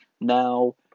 now